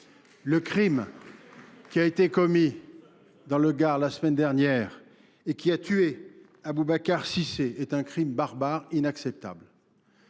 Le crime qui a été commis dans le Gard la semaine dernière et qui a tué Aboubacar Cissé est un crime barbare inacceptable.